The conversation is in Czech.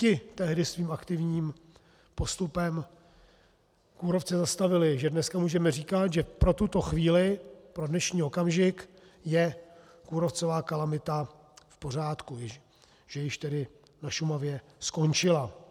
Ti tehdy svým aktivním postupem kůrovce zastavili, že dneska můžeme říkat, že pro tuto chvíli, pro dnešní okamžik je kůrovcová kalamita v pořádku, že již tedy na Šumavě skončila.